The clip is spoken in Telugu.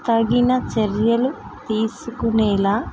తగిన చర్యలు తీసుకునేలాగ